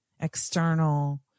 external